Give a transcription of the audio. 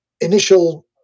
initial